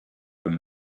from